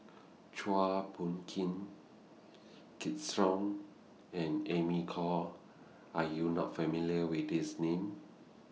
Chua Phung King Kids Song and Amy Khor Are YOU not familiar with These Names